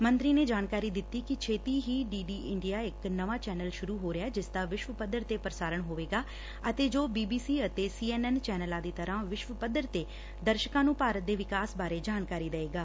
ਮੰਤਰੀ ਨੇ ਜਾਣਕਾਰੀ ਦਿੱਤੀ ਕਿ ਛੇਤੀ ਹੀ ਡੀ ਡੀ ਇੰਡੀਆ ਇਕ ਨਵਾ ਚੈਨਲ ਸ਼ੁਰੂ ਹੋ ਰਿਹੈ ਜਿਸਦਾ ਵਿਸ਼ਵ ਪੱਧਰ ਡੇ ਪ੍ਰਸਾਰਣ ਹੋਵੇਗਾ ਅਤੇ ਜੋ ਬੀ ਬੀ ਸੀ ਅਤੇ ਸੀ ਐਨ ਐਨ ਚੈਨਲਾਂ ਦੀ ਤਰ੍ਹਾਂ ਵਿਸ਼ਵ ਪੱਧਰ ਤੇ ਦਰਸ਼ਕਾਂ ਨੂੰ ਭਾਰਤ ਦੇ ਵਿਕਾਸ ਬਾਰੇ ਜਾਣਕਾਰੀ ਦਏਗਾ